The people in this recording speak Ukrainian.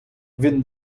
він